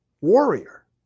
warrior